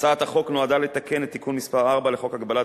הצעת החוק נועדה לתקן את תיקון מס' 4 לחוק הגבלת